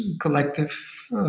collective